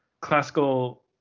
classical